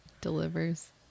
delivers